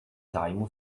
zájmu